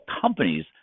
companies